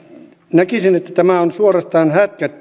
näkisin että tämä on suorastaan